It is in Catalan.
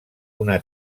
una